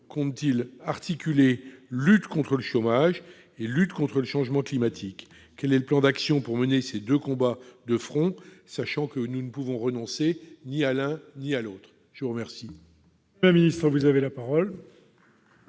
compte-t-il articuler lutte contre le chômage et lutte contre le changement climatique ? Quel est son plan d'action pour mener ces deux combats de front, étant entendu que nous ne pouvons renoncer ni à l'un ni à l'autre ? La parole est à Mme la ministre. Monsieur le